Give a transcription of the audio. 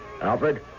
Alfred